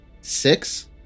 Six